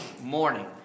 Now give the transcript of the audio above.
morning